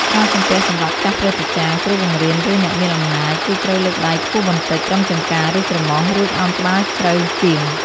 ការសំពះសម្រាប់ចាស់ព្រឹទ្ធាចារ្យ គ្រូបង្រៀន ឬអ្នកមានអំណាច គឺត្រូវលើកដៃខ្ពស់បន្តិច ត្រឹមចង្កា ឬច្រមុះ រួចឱនក្បាលជ្រៅជាង។